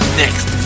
next